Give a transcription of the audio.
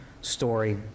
story